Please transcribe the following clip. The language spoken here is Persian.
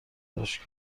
داشت